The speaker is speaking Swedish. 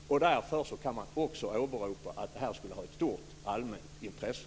Man kan därför också åberopa att det här skulle ha ett stort allmänt intresse.